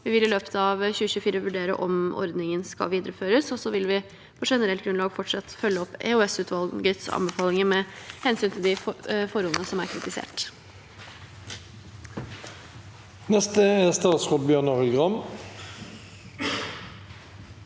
vi vil i løpet av 2024 vurdere om ordningen skal videreføres. Så vil vi på generelt grunnlag fortsatt følge opp EOSutvalgets anbefalinger med hensyn til de forholdene som er kritisert.